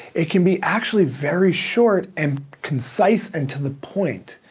it can be actually very short and concise and to the point.